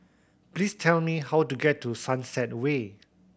please tell me how to get to Sunset Way